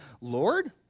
Lord